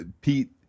Pete